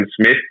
Smith